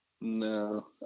No